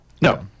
No